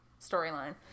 storyline